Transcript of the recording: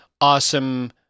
awesome